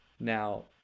Now